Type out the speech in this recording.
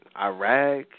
Iraq